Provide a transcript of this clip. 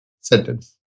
sentence